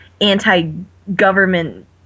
anti-government